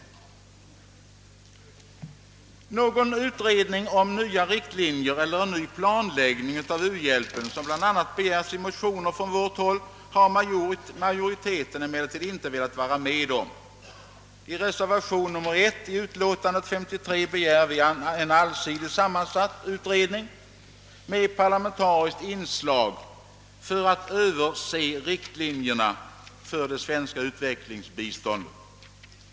Någon utredning om nya riktlinjer eller ny planläggning av u-hjälpen, som bl.a. begärs i motioner från folkpartiet, har majoriteten emellertid inte velat vara med om. I reservation nr 1 till utlåtandet nr 53 begär vi en allsidigt sammansatt utredning med parlamentariskt inslag för att se över riktlinjerna för det svenska utvecklingsbiståndet.